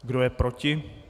Kdo je proti?